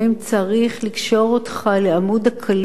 צריך לקשור אותך לעמוד הקלון